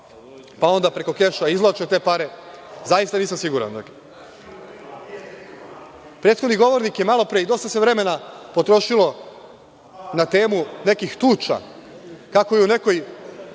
pa onda preko keša izvlače te pare? Zaista nisam siguran. Prethodni govornik je malopre i dosta se vremena potrošilo na temu nekih tuča, kako je u nekoj